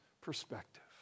perspective